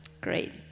Great